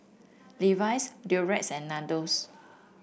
Levi's Durex and Nandos